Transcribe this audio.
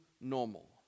normal